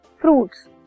fruits